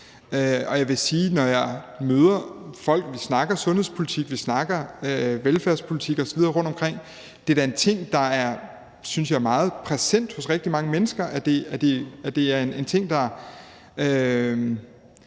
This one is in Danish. når jeg møder folk og vi snakker sundhedspolitik, velfærdspolitik osv. rundtomkring, så er det en ting, synes jeg, der er meget present hos rigtig mange mennesker.